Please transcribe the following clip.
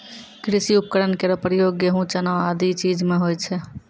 कृषि उपकरण केरो प्रयोग गेंहू, चना आदि चीज म होय छै